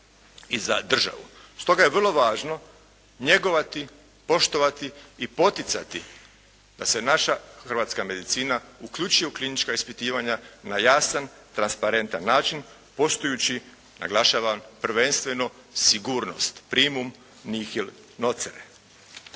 i za državu. Stoga je vrlo važno njegovati, poštovati i poticati da se naša hrvatska medicina uključi u klinička ispitivanja na jasan, transparentan način poštujući, naglašavam, prvenstveno sigurnost, "primum nihil nocere".